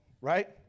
right